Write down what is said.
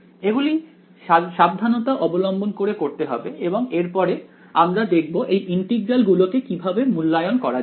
এগুলি সাবধানতা অবলম্বন করে করতে হবে এবং এর পরে আমরা দেখব এই ইন্টিগ্রাল গুলোকে কিভাবে মূল্যায়ন করা যায়